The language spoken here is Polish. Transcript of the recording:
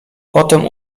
potem